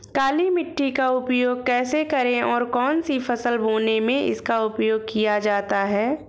काली मिट्टी का उपयोग कैसे करें और कौन सी फसल बोने में इसका उपयोग किया जाता है?